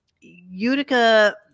Utica